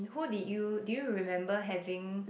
who did you do you remember having